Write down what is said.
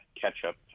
ketchup